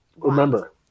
Remember